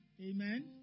Amen